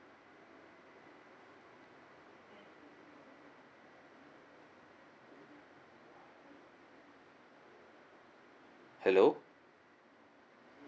hello